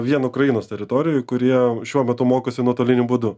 vien ukrainos teritorijoj kurie šiuo metu mokosi nuotoliniu būdu